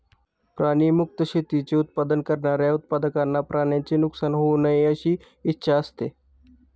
प्राणी मुक्त शेतीचे उत्पादन करणाऱ्या उत्पादकांना प्राण्यांचे नुकसान होऊ नये अशी इच्छा असते